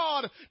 God